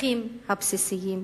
המצרכים הבסיסיים.